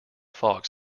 fox